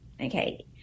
okay